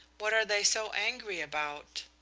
what are they so angry about?